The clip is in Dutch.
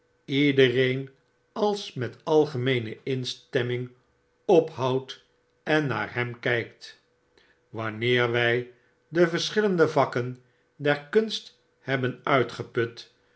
iedereen als met algemeene instemming ophoudt en naar hem kpt wanneer wjj de verschillende vakken der kunst hebben uitgeput